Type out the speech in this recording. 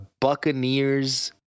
Buccaneers